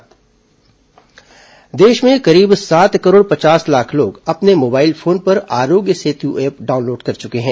corona Aarogya Setu app देश में करीब सात करोड़ पचास लाख लोग अपने मोबाइल फोन पर आरोग्य सेत ऐप डाउनलोड कर चुके हैं